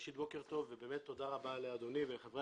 בוקר טוב ובאמת תודה רבה לאדוני ולחברי